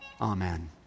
Amen